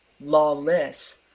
lawless